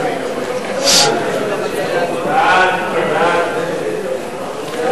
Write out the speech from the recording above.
ההצעה להעביר את הצעת חוק הגנת השכר (תיקון,